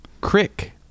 Crick